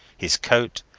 his coat,